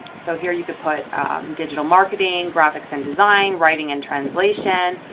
so here, you could put digital marketing graphics and design writing and translation,